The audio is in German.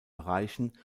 erreichen